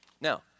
Now